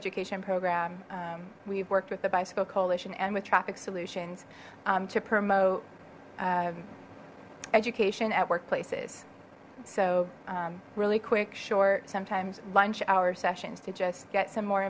education program we've worked with the bicycle coalition and with traffic solutions to promote education at workplaces so really quick short sometimes lunch hour sessions to just get some more